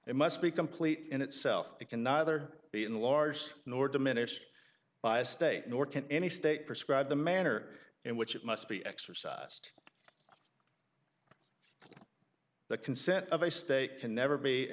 it must be complete in itself that can neither be enlarged nor diminished by a state nor can any state prescribe the manner in which it must be exercised the consent of a state can never be a